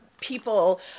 people